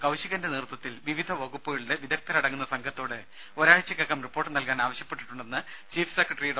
കൌശികന്റെ നേതൃത്വത്തിൽ വിവിധ വകുപ്പുകളിലെ വിദഗ്ധരടങ്ങുന്ന സംഘത്തോട് ഒരാഴ്ചക്കകം റിപ്പോർട്ട് നൽകാൻ ആവശ്യപ്പെട്ടിട്ടുണ്ടെന്ന് ചീഫ് സെക്രട്ടറി ഡോ